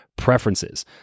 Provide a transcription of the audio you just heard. preferences